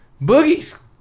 Boogies